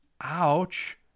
Ouch